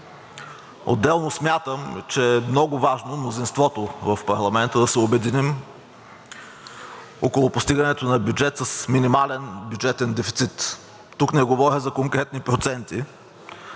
Отделно, смятам, че е много важно мнозинството в парламента да се обединим около постигането на бюджет с минимален бюджетен дефицит. Тук не говоря за конкретни проценти,